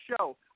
show